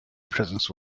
presence